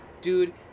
Dude